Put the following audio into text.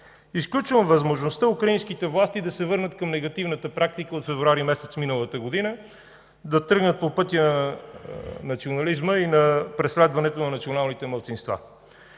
Изключвам възможността украинските власти да се върнат към негативната практика от месец февруари миналата година – да тръгнат по пътя на национализма и на преследването на националните малцинства.